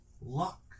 luck